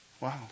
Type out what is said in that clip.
Wow